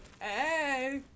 hey